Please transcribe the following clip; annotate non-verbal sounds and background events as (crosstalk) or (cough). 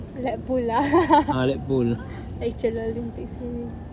lap pool lah (laughs) actual olympic seh